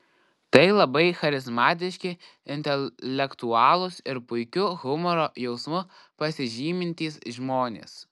tai labai charizmatiški intelektualūs ir puikiu humoro jausmu pasižymintys žmonės